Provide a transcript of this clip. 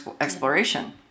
exploration